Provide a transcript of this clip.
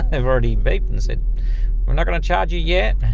they've already beeped and said we're not going to charge you yet,